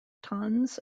tons